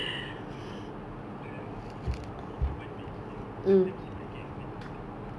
if you put like teo telur into one Maggi um sometimes it might get a bit too thick ah